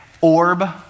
orb